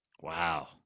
Wow